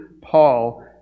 Paul